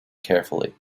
carefully